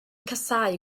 casáu